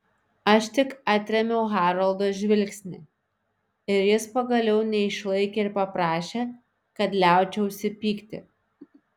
aš tik atrėmiau haroldo žvilgsnį ir jis pagaliau neišlaikė ir paprašė kad liaučiausi pykti